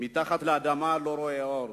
מתחת לאדמה, לא רואה אור.